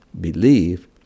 believe